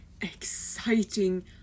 exciting